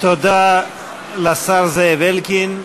תודה לשר זאב אלקין,